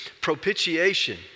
Propitiation